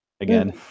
again